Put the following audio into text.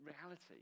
reality